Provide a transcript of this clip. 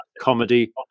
comedy